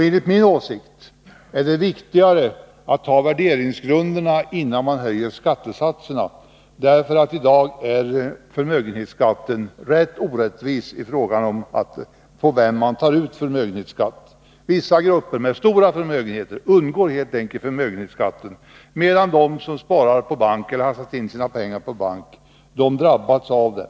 Enligt min åsikt är det viktigare att bestämma värderingsgrunderna än att höja skattesatserna, för i dag är förmögenhetsskatten orättvis när det gäller från vem man tar ut förmögenhetsskatt. Vissa grupper med stora förmögenheter undgår helt enkelt förmögenhetsskatten, medan de som har satt in och sparar sina pengar på bank drabbas av den.